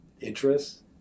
interests